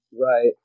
right